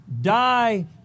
die